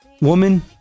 woman